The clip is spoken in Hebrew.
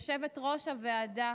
יושבת-ראש הוועדה,